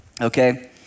okay